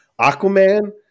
Aquaman